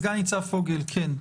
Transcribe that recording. סגן ניצב פוגל, בבקשה.